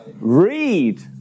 Read